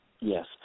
Yes